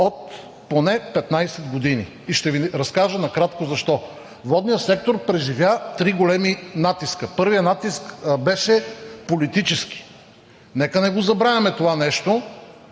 от поне 15 години. Ще Ви разкажа накратко защо. Водният сектор преживя три големи натиска. Първият натиск беше политически. Нека не го забравяме това нещо,